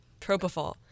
Propofol